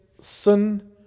sin